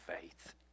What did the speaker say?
faith